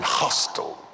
hostile